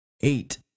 eight